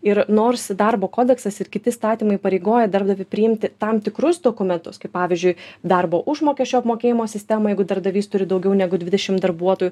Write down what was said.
ir nors darbo kodeksas ir kiti įstatymai įpareigoja darbdavį priimti tam tikrus dokumentus kaip pavyzdžiui darbo užmokesčio apmokėjimo sistemą jeigu darbdavys turi daugiau negu dvidešim darbuotojų